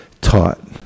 taught